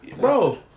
bro